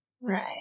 Right